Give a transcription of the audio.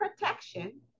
protection